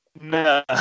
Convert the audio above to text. No